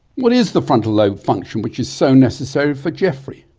what is the frontal lobe function which is so necessary for geoffrey?